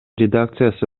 редакциясы